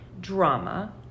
drama